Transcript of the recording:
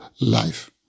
life